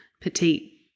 petite